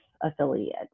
affiliate